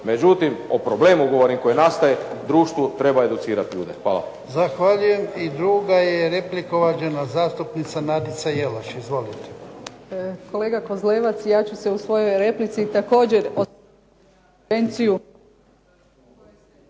Međutim, o problemu govorim koji nastaje u društvu. Treba educirati ljude. Hvala.